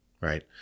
right